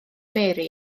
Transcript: mary